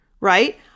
Right